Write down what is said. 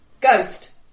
Ghost